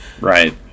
Right